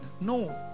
No